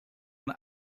and